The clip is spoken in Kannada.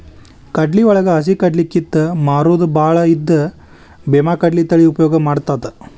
ಕಡ್ಲಿವಳಗ ಹಸಿಕಡ್ಲಿ ಕಿತ್ತ ಮಾರುದು ಬಾಳ ಇದ್ದ ಬೇಮಾಕಡ್ಲಿ ತಳಿ ಉಪಯೋಗ ಮಾಡತಾತ